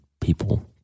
people